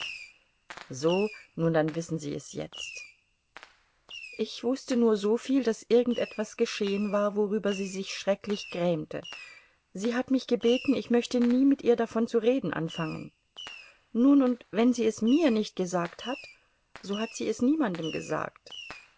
so nun dann wissen sie es jetzt ich wußte nur so viel daß irgend etwas geschehen war worüber sie sich schrecklich grämte sie hat mich gebeten ich möchte nie mit ihr davon zu reden anfangen nun und wenn sie es mir nicht gesagt hat so hat sie es niemandem gesagt